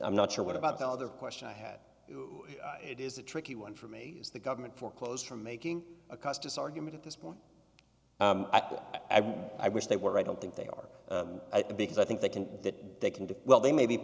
i'm not sure what about the other question i had it is a tricky one for me as the government for clothes for making a custis argument at this point i guess i wish they were i don't think they are at the because i think they can that they can do well they may be